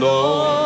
Lord